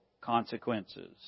consequences